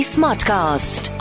Smartcast